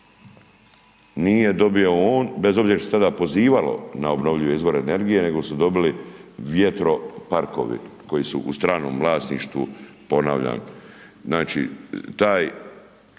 nije dobio on bez obzora šta se tada pozivalo na obnovljive izvore energije nego su dobili vjetroparkovi koji su u stranom vlasništvu, ponavljam. Znači taj